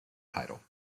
title